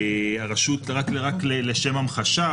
רק לשם המחשה,